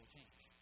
change